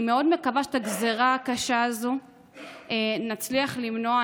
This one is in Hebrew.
אני מאוד מקווה שאת הגזרה הקשה הזו נצליח למנוע.